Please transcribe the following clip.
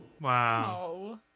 Wow